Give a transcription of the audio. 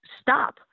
stop